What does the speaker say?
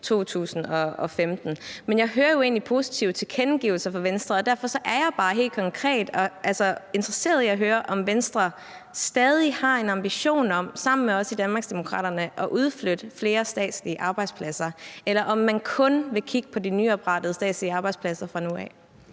jo egentlig positive tilkendegivelser fra Venstre, og derfor er jeg bare helt konkret interesseret i at høre, om Venstre stadig har en ambition om sammen med os i Danmarksdemokraterne at udflytte flere statslige arbejdspladser, eller om man kun vil kigge på de nyoprettede statslige arbejdspladser fra nu af.